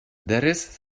дәрес